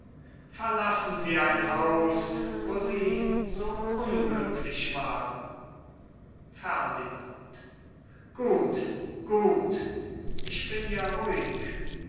verlassen sie ein haus wo sie so unglücklich waren ferdinand gut gut ich bin ja